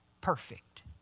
perfect